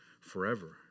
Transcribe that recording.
forever